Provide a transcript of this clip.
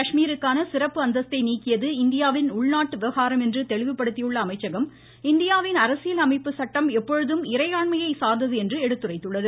காஷ்மீருக்கான சிறப்பு அந்தஸ்தை நீக்கியது இந்தியாவின் உள்நாட்டு விவகாரம் என்று தெளிவுபடுத்தியுள்ள அமைச்சகம் இந்தியாவின் அரசியல் அமைப்பு சட்டம் எப்பொழுதும் இறையாண்மையை சார்ந்தது என்று எடுத்துரைத்துள்ளது